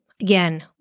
Again